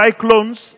cyclones